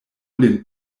lin